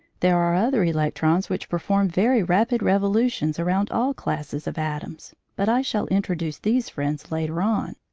there are other electrons which perform very rapid revolutions around all classes of atoms, but i shall introduce these friends later on.